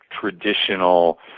traditional